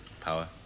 Power